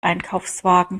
einkaufswagen